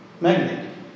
magnet